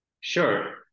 Sure